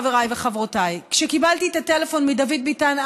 חבריי וחברותיי: כשקיבלתי את הטלפון מדוד ביטן,